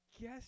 guess